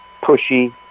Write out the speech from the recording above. pushy